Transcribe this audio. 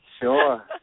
Sure